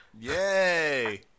Yay